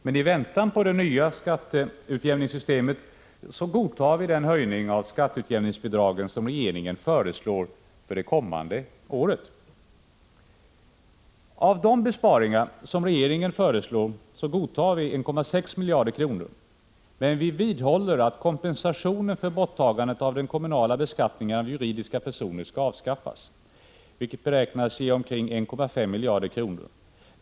Men i väntan på det nya skatteutjämningssystemet godtar vi den höjning av skatteutjämningsbidragen som regeringen föreslår för det kommande året. Av de besparingar som regeringen föreslår godtar vi 1,6 miljarder kronor. Men vi vidhåller att kompensationen för borttagandet av den kommunala beskattningen av juridiska personer skall avskaffas, vilket beräknas ge omkring 1,5 miljarder kronor.